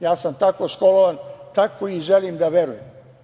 Ja sam tako školovan, tako i želim da verujem.